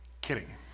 Kidding